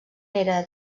era